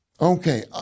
Okay